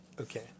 Okay